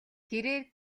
тэрээр